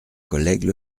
collègue